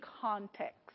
context